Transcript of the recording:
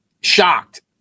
shocked